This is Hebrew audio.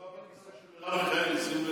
היא ישבה בכיסא של מרב מיכאלי, שים לב.